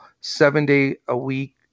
seven-day-a-week